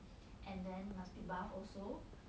and then must be buff also